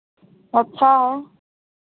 अच्छा है